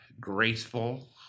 graceful